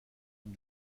une